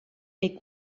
est